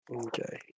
Okay